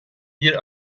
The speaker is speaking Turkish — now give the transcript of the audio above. bir